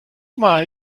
mal